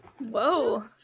Whoa